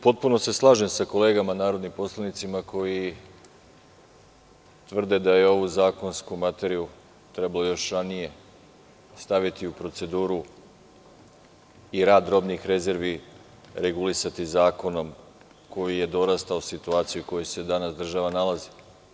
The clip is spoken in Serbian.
Potpuno se slažem sa kolegama narodnim poslanicima koji tvrde da je ovu zakonsku materiju trebalo još ranije staviti u proceduru i rad robnih rezervi regulisati zakonom koji je dorastao situaciji u kojoj se danas država nalazi.